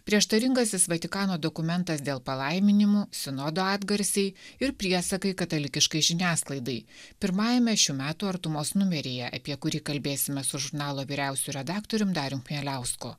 prieštaringasis vatikano dokumentas dėl palaiminimų sinodo atgarsiai ir priesakai katalikiškai žiniasklaidai pirmajame šių metų artumos numeryje apie kurį kalbėsime su žurnalo vyriausiu redaktorium darium bieliausku